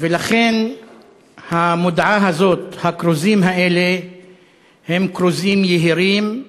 ולכן המודעה הזאת, הכרוזים האלה הם כרוזים יהירים,